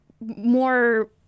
more